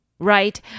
Right